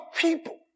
people